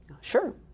Sure